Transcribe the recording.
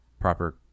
proper